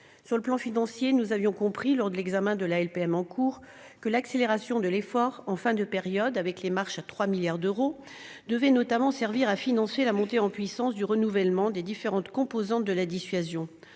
Sur le plan financier, nous avions compris, lors de l'examen de la LPM en cours, que l'accélération de l'effort en fin de période, avec la « marche » à 3 milliards d'euros, devait notamment servir à financer la montée en puissance du renouvellement des différentes composantes de la dissuasion.